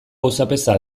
auzapeza